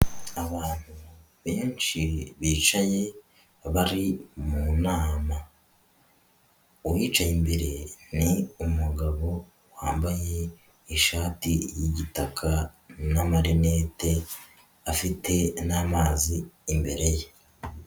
Abantu benshi bicaye bari mu nama, uwicaye imbere ni umugabo wambaye ishati y'igitaka n'amarineti, afite n'amazi imbere ye.